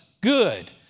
good